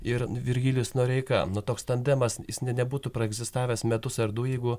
ir virgilijus noreika nu toks tandemas jis ne nebūtų praegzistavęs metus ar du jeigu